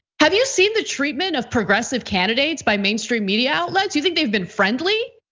have you seen the treatment of progressive candidates by mainstream media outlets? you think they've been friendly,